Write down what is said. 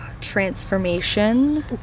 transformation